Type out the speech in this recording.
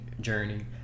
journey